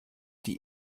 die